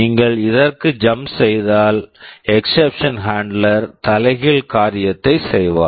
நீங்கள் இதற்குச் jump jump செய்தால் எக்ஸ்ஸப்ஷன் ஹாண்ட்லெர் exception handler தலைகீழ் காரியத்தைச் செய்வார்